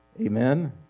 Amen